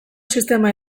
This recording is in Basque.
sistema